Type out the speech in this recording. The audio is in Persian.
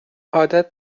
عادت